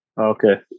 Okay